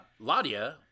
Ladia